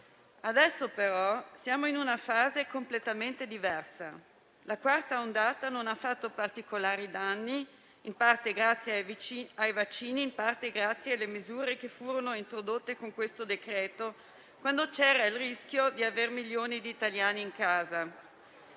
Adesso però siamo in una frase completamente diversa: la quarta ondata non ha fatto particolari danni, in parte grazie ai vaccini e in parte grazie alle misure introdotte con il decreto-legge al nostro esame, quando c'era il rischio di avere milioni di italiani in casa.